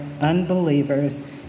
unbelievers